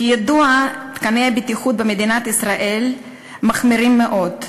כידוע, תקני הבטיחות במדינת ישראל מחמירים מאוד.